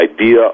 idea